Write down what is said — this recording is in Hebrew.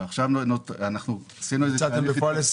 ביצעתם בפועל 20